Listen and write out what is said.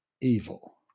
evil